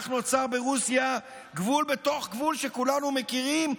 כך נוצר ברוסיה גבול בתוך גבול שכולנו מכירים,